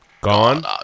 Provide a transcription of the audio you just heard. gone